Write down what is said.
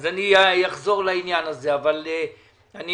אז אני אחזור לעניין הזה אבל אנחנו